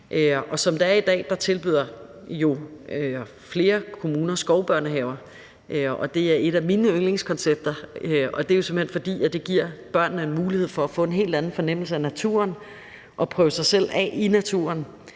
Som det er i dag, tilbyder flere kommuner jo skovbørnehaver, og det er et af mine yndlingskoncepter, og det er jo simpelt hen, fordi det giver børnene en mulighed for at få en helt anden fornemmelse af naturen og prøve sig selv af i naturen